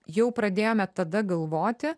jau pradėjome tada galvoti